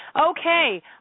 Okay